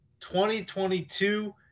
2022